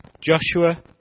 Joshua